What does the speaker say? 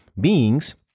beings